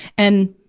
and,